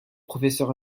professeur